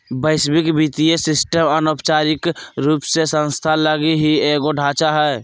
वैश्विक वित्तीय सिस्टम अनौपचारिक रूप से संस्थान लगी ही एगो ढांचा हय